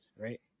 Right